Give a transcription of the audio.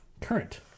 current